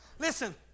Listen